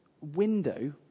window